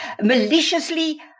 maliciously